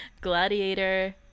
gladiator